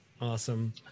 awesome